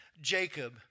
Jacob